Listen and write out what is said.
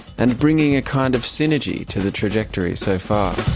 and bringing a kind of synergy to the trajectory so far,